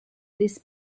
this